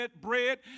bread